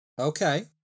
Okay